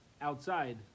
outside